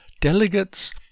Delegates